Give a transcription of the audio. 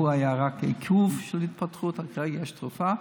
אז היה רק עיכוב של ההתפתחות אבל כרגע יש תרופה: